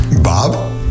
Bob